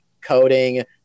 coding